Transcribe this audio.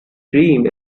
dream